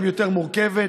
יותר גדולה.